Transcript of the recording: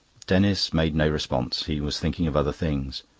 denis made no response he was thinking of other things.